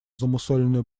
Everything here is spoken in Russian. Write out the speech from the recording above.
замусоленную